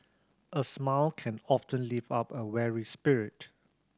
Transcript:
a smile can often lift up a weary spirit